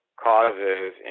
causes